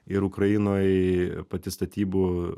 ir ukrainoj pati statybų